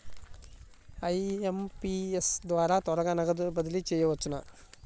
IMPS ద్వారా త్వరగా నగదు బదిలీ చేయవచ్చునా?